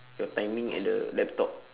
your timing at the laptop